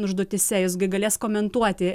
užduotyse jos gi galės komentuoti